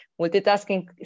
Multitasking